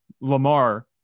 Lamar